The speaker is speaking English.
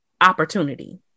opportunity